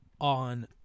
on